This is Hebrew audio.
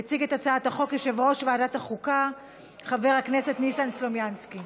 יציג את הצעת החוק יושב-ראש ועדת החוקה חבר הכנסת ניסן סלומינסקי.